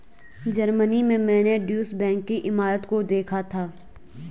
Germany में मैंने Deutsche bank की इमारत को देखा था